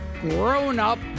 grown-up